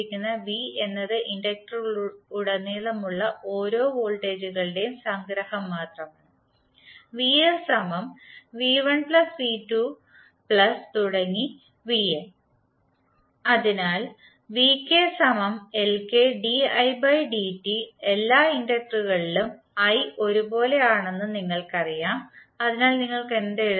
v എന്നത് ഇൻഡക്റ്ററുകളിലുടനീളം ഉള്ള ഓരോ വോൾട്ടേജുകളുടെ സംഗ്രഹം മാത്രമാണ് അതിനാൽ എല്ലാ ഇൻഡക്റ്ററുകളിലും i ഒരുപോലെയാണെന്ന് നിങ്ങൾക്കറിയാം അതിനാൽ നിങ്ങൾക്ക് എന്ത് എഴുതാം